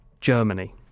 Germany